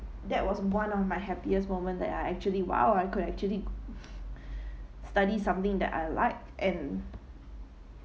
that was one of my happiest moment that I actually !wow! I could actually study something that I like and